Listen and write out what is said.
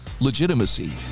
legitimacy